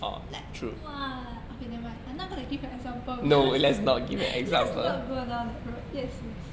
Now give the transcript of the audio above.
like !wah! okay nevermind I not gonna give an example let's not go down that road yes yes